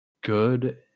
good